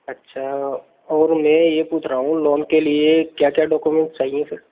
अच्छा और मैं ये पूछ रहा हूँ लोन के लिए क्या क्या डॉकोमेंट्स चाहिए फिर